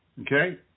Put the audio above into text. Okay